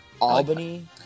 Albany